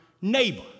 neighbor